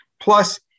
Plus